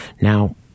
Now